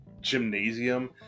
gymnasium